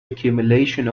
accumulation